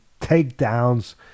takedowns